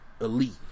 elite